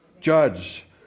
Judge